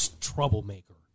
Troublemaker